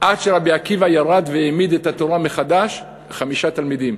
עד שרבי עקיבא ירד והעמיד את התורה מחדש עם חמישה תלמידים.